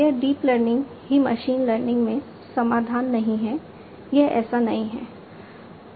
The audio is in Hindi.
यह डीप लर्निंग ही मशीन लर्निंग में समाधान नहीं है यह ऐसा नहीं है